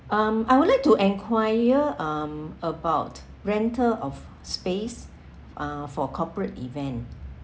um I would like to enquire um about rental of space uh for corporate event